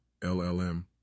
LLM